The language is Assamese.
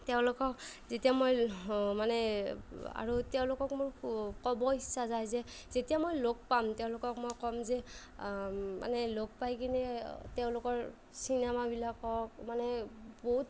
তেওঁলোকক যেতিয়া মই মানে আৰু তেওঁলোকক মোৰ ক'ব ইচ্ছা যায় যে যেতিয়া মই লগ পাম তেওঁলোকক মই ক'ম যে মানে লগ পাই কিনে তেওঁলোকৰ চিনেমাবিলাকক মানে বহুত